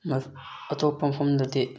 ꯑꯇꯣꯞꯄ ꯃꯐꯝꯗꯗꯤ